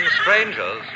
strangers